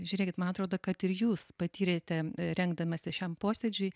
žiūrėkit man atrodo kad ir jūs patyrėte rengdamasi šiam posėdžiui